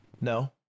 No